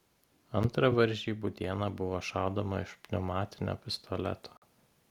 antrą varžybų dieną buvo šaudoma iš pneumatinio pistoleto